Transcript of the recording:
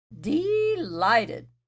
delighted